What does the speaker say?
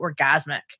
orgasmic